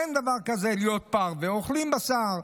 אין דבר כזה להיות פרווה, אוכלים בשר.